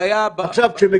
--- עכשיו,